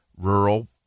rural